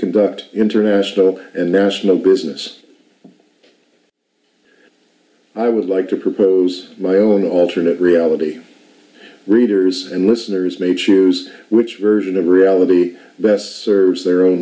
conduct international and national groups in this i would like to propose my own alternate reality readers and listeners may choose which version of reality best serves